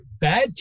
bad